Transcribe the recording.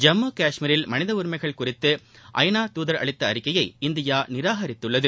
ஜம்மு காஷ்மீரில் மனித உரிமைகள் குறித்து ஐநா துதர் அளித்த அறிக்கையை இந்தியா நிராகரித்துள்ளது